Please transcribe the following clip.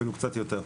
אפילו קצת יותר.